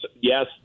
yes